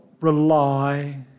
rely